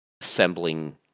assembling